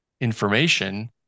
information